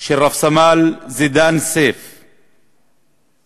של רב-סמל זידאן סייף